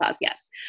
yes